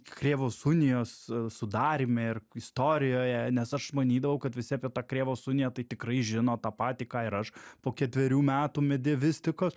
krėvos unijos sudaryme ir istorijoje nes aš manydavau kad visi apie tą krėvos uniją tai tikrai žino tą patį ką ir aš po ketverių metų medevistikos